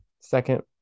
second